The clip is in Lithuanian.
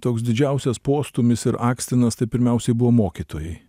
toks didžiausias postūmis ir akstinas tai pirmiausiai buvo mokytojai